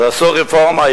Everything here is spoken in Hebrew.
אז עשו רפורמה,